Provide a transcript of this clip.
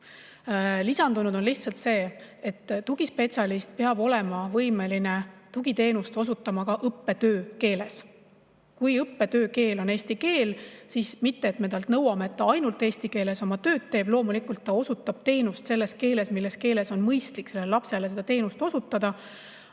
Lisandunud on lihtsalt see, et tugispetsialist peab olema võimeline tugiteenust osutama ka õppetöö keeles. Kui õppetöö keel on eesti keel, siis me ei nõua, et ta ainult eesti keeles oma tööd teeks – loomulikult osutab ta teenust selles keeles, mis keeles on mõistlik lapsele teenust osutada